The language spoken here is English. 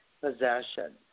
possession